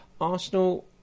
Arsenal